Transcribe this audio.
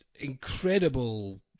incredible